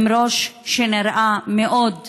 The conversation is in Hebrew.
עם ראש שנראה מאוד מוזר,